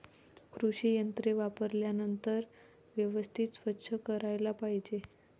कृषी यंत्रे वापरल्यानंतर व्यवस्थित स्वच्छ करायला पाहिजे